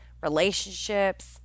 relationships